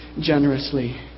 generously